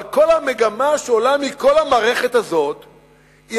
אבל כל המגמה שעולה מכל המערכת הזו היא